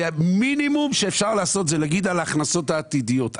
המינימום שאפשר לעשות זה לדבר על הכנסות עתידיות.